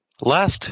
Last